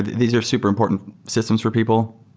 these are super important systems for people.